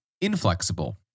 inflexible